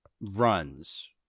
runs